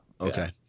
Okay